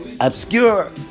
Obscure